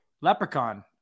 Leprechaun